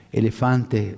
elefante